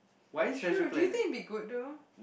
true do you think it'll be good though